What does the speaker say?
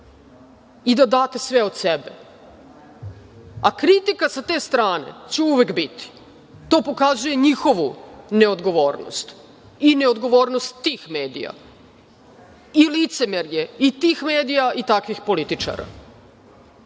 i da date sve od sebe, a kritika sa te strane će uvek biti. To pokazuje njihovu odgovornost i neodgovornost tih medija i licemerje i tih medija i takvih političara,